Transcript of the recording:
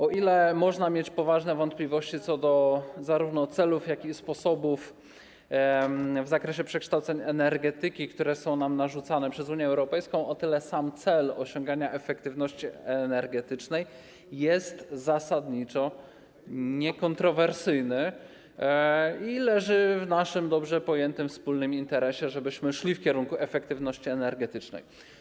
O ile można mieć poważne wątpliwości co do zarówno celów, jak i sposobów w zakresie przekształceń energetyki, które są nam narzucane przez Unię Europejską, o tyle sam cel osiągania efektywności energetycznej jest zasadniczo niekontrowersyjny i leży w naszym dobrze pojętym wspólnym interesie, żebyśmy szli w kierunku efektywności energetycznej.